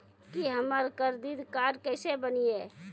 की हमर credit card केसे बनिये?